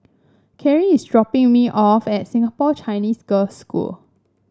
Carie is dropping me off at Singapore Chinese Girls' School